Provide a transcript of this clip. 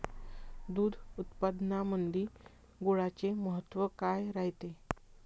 दूध उत्पादनामंदी गुळाचे महत्व काय रायते?